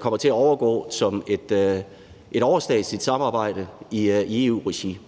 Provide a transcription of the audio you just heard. kommer det til at overgå til et overstatsligt samarbejde i EU-regi.